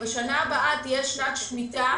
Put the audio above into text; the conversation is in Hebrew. בשנה הבאה תהיה שנת שמיטה,